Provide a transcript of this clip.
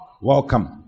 Welcome